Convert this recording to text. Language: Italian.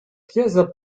chiesa